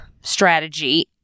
strategy